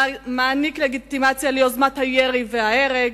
מעניק לגיטימציה ליוזמת הירי וההרג,